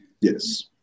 Yes